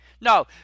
No